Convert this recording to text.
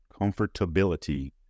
comfortability